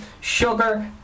sugar